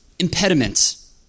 impediments